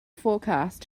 forecast